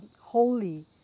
holy